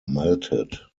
melted